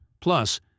Plus